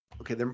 Okay